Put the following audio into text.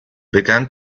began